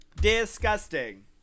disgusting